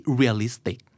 realistic